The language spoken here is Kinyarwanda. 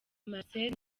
marcel